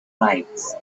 tribes